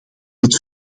het